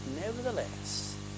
nevertheless